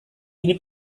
ini